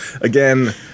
Again